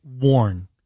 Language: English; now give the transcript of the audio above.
worn